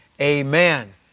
Amen